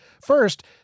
First